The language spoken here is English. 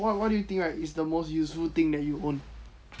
what what do you think right it's the most useful thing that you own